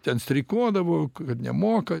ten streikuodavo kad nemoka